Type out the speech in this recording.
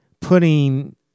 putting